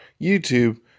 YouTube